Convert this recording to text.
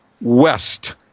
west